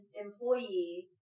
employee